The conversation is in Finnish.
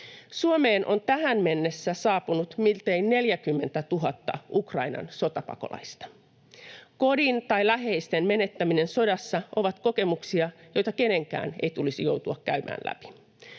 Suomeen on tähän mennessä saapunut miltei 40 000 Ukrainan sotapakolaista. Kodin tai läheisten menettäminen sodassa on kokemus, jota kenenkään ei tulisi joutua käymään läpi.